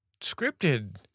scripted